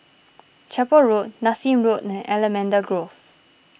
Chapel Road Nassim Road and Allamanda Grove